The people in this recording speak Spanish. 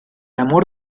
amor